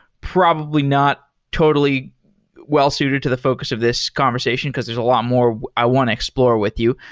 probably not totally well-suited to the focus of this conversation, because there's a lot more i want to explore with you.